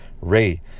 ray